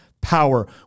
Power